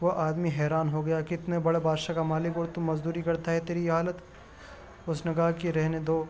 وہ آدمی حیران ہو گیا کہ اتنے بڑے بادشاہ کا مالک اور تو مزدوری کرتا ہے تیری یہ حالت اس نے کہا کہ رہنے دو